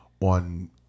on